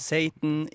Satan